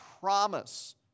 promise